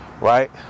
Right